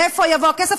מאיפה יבוא הכסף?